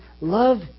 love